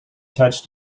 touched